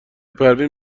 پروین